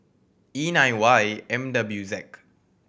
E nine Y M W Z